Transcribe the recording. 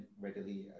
readily